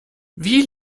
wie